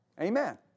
Amen